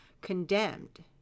condemned